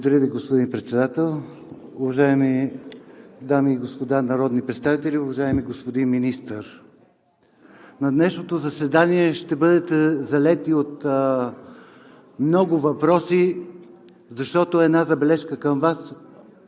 Благодаря Ви, господин Председател. Уважаеми дами и господа народни представители, уважаеми господин Министър! На днешното заседание ще бъдете залети от много въпроси. Една забележка към Вас.